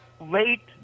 late